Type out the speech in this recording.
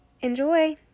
enjoy